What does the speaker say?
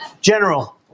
General